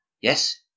yes